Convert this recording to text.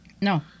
No